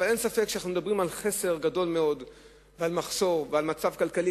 אבל אין ספק שאנחנו מדברים על חסר גדול מאוד ועל מחסור ועל מצב כלכלי